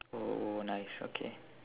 oh nice okay